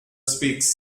speaks